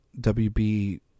WB